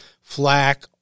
flak